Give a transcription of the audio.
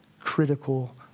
critical